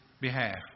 behalf